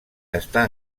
està